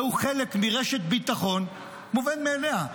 זהו חלק מרשת ביטחון מובנת מאליה.